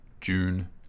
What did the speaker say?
June